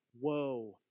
woe